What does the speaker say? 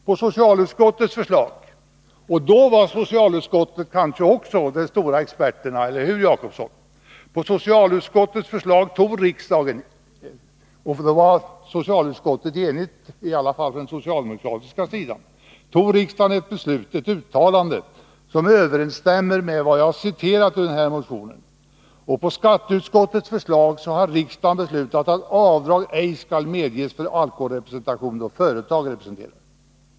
På socialutskottets förslag tog riksdagen — och då var socialutskottet kanske de stora experterna, eller hur Egon Jacobsson — ett beslut om ett uttalande som överensstämmer med vad jag har citerat ur motionen. Då var socialutskottet enigt, i alla fall från den socialdemokratiska sidan. Och på skatteutskottets förslag så har riksdagen beslutat att avdrag ej skall medges för alkoholrepresentation då företag representerar.